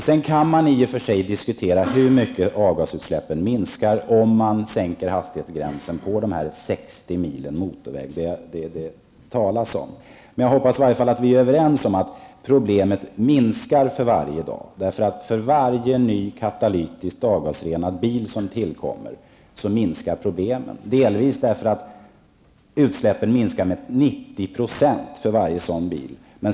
Sedan kan man i och för sig diskutera hur mycket avgasutsläppen minskar om man sänker hastighetsgränsen på de 60 mil motorväg som det talas om. Jag hoppas att vi är överens om att problemet minskar för varje dag. För varje ny katalytiskt avgasrenad bil som tillkommer minskar problemen, delvis därför att utsläppen minskar med 90 % för varje sådan bil.